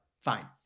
Fine